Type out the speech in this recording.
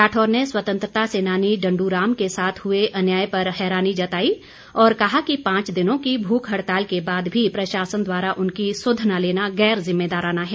राठौर ने स्वतंत्रता सेनानी डंडू राम के साथ हुए अन्याय पर हैरानी जताई और कहा कि पांच दिनों की भूख हड़ताल के बाद भी प्रशासन द्वारा उनकी सुध न लेना गैर जिमेदाराना है